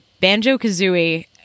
Banjo-Kazooie